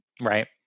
Right